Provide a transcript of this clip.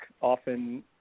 often